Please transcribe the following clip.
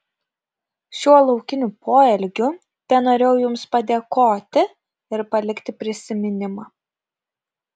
šiuo laukiniu poelgiu tenorėjau jums padėkoti ir palikti prisiminimą